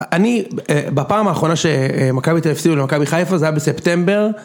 אני בפעם האחרונה שמכבי תל אביב הפסידו למכבי חיפה זה היה בספטמבר.